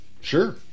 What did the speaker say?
sure